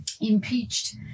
impeached